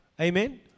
Amen